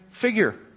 figure